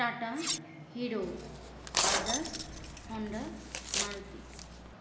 tata Hero Bajaj Honda Maruti